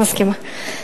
מסכימה.